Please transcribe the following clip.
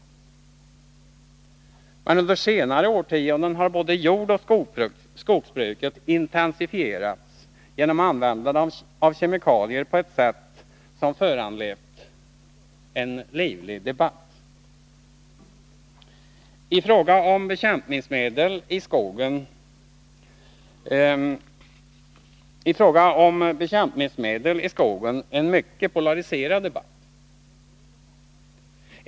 Men under senare årtionden har både jordoch - skogsbruket intensifierats, genom användande av kemikalier, på ett sätt som föranlett debatt — i fråga om bekämpningsmedel i skogen en mycket polariserad debatt.